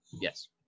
yes